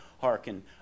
hearken